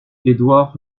édouard